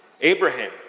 Abraham